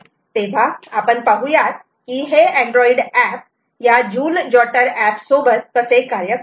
तेव्हा आपण पाहूयात कि हे अँड्रॉइड एप या जुल जॉटर एप सोबत कसे कार्य करते